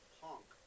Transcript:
punk